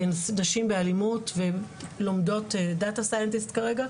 הן נשים באלימות, והן לומדות מדעי המחשב כרגע.